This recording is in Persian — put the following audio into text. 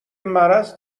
مرض